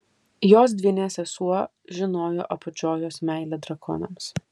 jos dvynė sesuo žinojo apie džojos meilę drakonams